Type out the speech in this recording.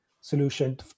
solution